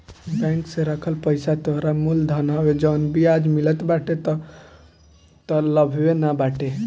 bank में रखल पईसा तोहरा मूल धन हवे जवन बियाज मिलत बाटे उ तअ लाभवे न बाटे